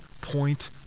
point